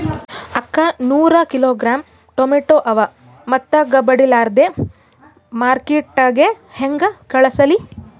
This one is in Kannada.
ಅಕ್ಕಾ ನೂರ ಕಿಲೋಗ್ರಾಂ ಟೊಮೇಟೊ ಅವ, ಮೆತ್ತಗಬಡಿಲಾರ್ದೆ ಮಾರ್ಕಿಟಗೆ ಹೆಂಗ ಕಳಸಲಿ?